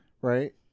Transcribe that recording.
right